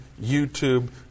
YouTube